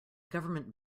government